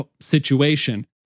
situation